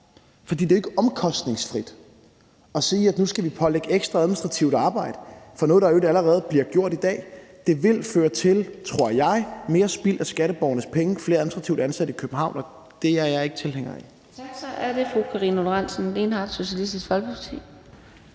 For det er jo ikke omkostningsfrit at sige, at nu skal vi pålægge ekstra administrativt arbejde for noget, der i øvrigt allerede bliver gjort i dag. Det vil føre til, tror jeg, mere spild af skatteborgernes penge, flere administrativt ansatte i København, og det er jeg ikke tilhænger af.